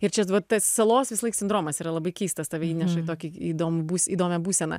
ir čia salos visąlaik sindromas yra labai keistas tave įneša tokį įdomų įdomią būseną